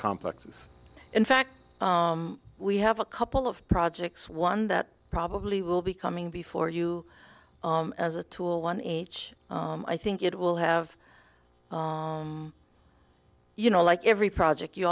complexes in fact we have a couple of projects one that probably will be coming before you as a tool one age i think it will have you know like every project you